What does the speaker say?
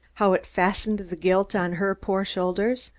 how it fastened the guilt on her poor shoulders,